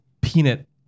peanut